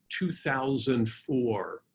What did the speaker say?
2004